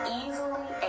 easily